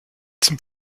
zum